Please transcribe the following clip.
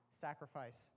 sacrifice